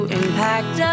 impact